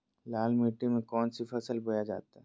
लाल मिट्टी में कौन सी फसल बोया जाता हैं?